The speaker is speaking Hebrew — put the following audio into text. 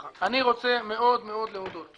אני רוצה, איתן, להודות